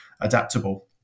adaptable